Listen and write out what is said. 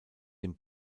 dem